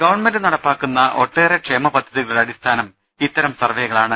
government നടപ്പാക്കുന്ന് ഒട്ടേറെ ക്ഷേമപദ്ധതികളുടെ അടിസ്ഥാനം ഇത്തരം സർവ്വേകളാണ്